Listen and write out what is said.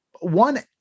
One